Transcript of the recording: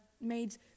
made